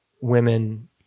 women